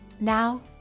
Now